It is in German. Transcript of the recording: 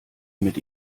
mit